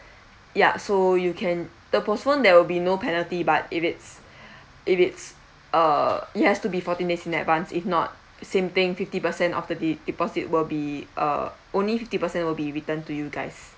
ya so you can the postpone there will be no penalty but if it's if it's err it has to be fourteen days in advance if not same thing fifty percent of the de~ deposit will be uh only fifty percent will be return to you guys